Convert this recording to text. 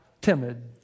timid